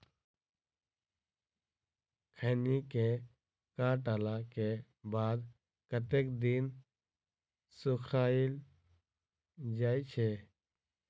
खैनी केँ काटला केँ बाद कतेक दिन सुखाइल जाय छैय?